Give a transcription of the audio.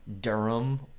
Durham